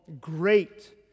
great